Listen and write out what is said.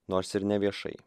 nors ir neviešai